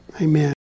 Amen